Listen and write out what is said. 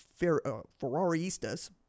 Ferrariistas